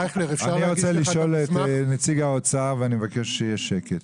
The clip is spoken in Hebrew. אני רוצה לשאול את נציג האוצר ואני מבקש שיהיה שקט.